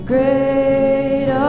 Great